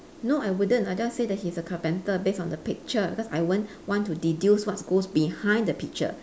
no I wouldn't I just say that he's a carpenter based on the picture cause I won't want to deduce what goes behind the picture